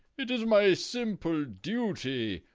it is my simple duty.